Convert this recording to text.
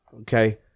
Okay